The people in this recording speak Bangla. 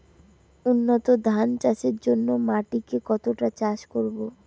উন্নত ধান চাষের জন্য মাটিকে কতটা চাষ করব?